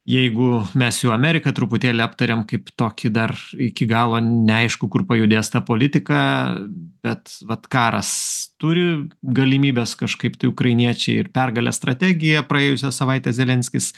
jeigu mes jau ameriką truputėlį aptarėm kaip tokį dar iki galo neaišku kur pajudės ta politika bet vat karas turi galimybes kažkaip tai ukrainiečiai ir pergalės strategiją praėjusią savaitę zelenskis